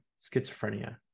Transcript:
schizophrenia